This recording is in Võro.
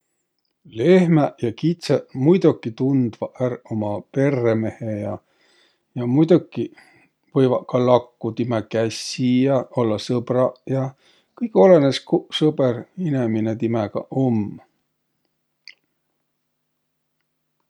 Lehmäq ja kitsõq muidoki tundvaq ärq uma perremehe ja ja muidokiq võivaq ka lakkuq timä kässi ja ollaq sõbraq jah. Kõik olõnõs, kuq sõbõr inemine timägaq um.